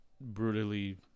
brutally